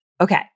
Okay